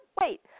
wait